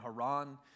Haran